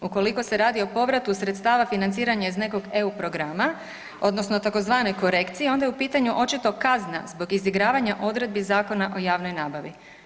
Ukoliko se radi o povratu sredstava financiranja iz nekog EU programa odnosno tzv. korekcije onda je u pitanju očito kazna zbog izigravanja odredbi zakona o javnoj nabavi.